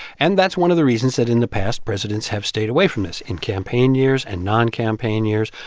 and that's one of the reasons that, in the past, presidents have stayed away from this in campaign years and non-campaign years,